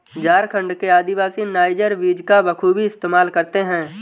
झारखंड के आदिवासी नाइजर बीज का बखूबी इस्तेमाल करते हैं